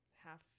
half